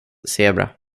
zebra